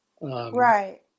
Right